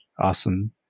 awesome